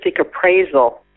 appraisal